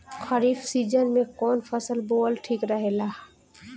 खरीफ़ season में कौन फसल बोअल ठिक रहेला ह?